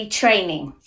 training